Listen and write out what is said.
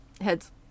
Heads